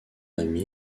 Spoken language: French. ami